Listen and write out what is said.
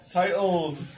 titles